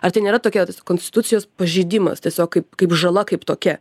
ar tai nėra tokia konstitucijos pažeidimas tiesiog kaip kaip žala kaip tokia